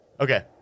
Okay